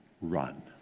run